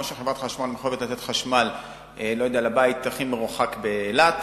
כמו שחברת חשמל מחויבת לתת חשמל לבית הכי מרוחק באילת,